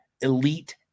elite